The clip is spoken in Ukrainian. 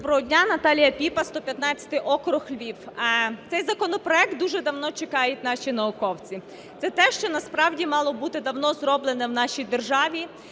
Доброго дня. Наталія Піпа, 115-й округ, Львів. Цей законопроект дуже давно чекають наші науковці. Це те, що насправді мало бути давно зроблено в нашій державі,